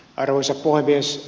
arvoisa puhemies